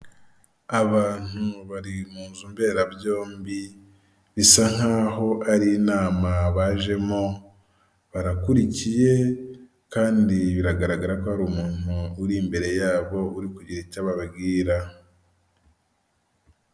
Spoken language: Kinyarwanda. Abantu bari mu nzu mberabyombi bisa nk'aho ari inama bajemo, barakurikiye kandi biragaragara ko hari umuntu uri imbere yabo uri kugira icyo ababwira.